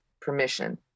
permission